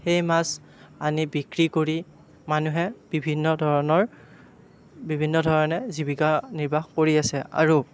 সেই মাছ আনি বিক্ৰী কৰি মানুহে বিভিন্ন ধৰণৰ বিভিন্ন ধৰণে জীৱিকা নিৰ্বাহ কৰি আছে আৰু